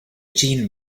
jean